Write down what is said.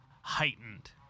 heightened